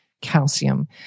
calcium